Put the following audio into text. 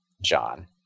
John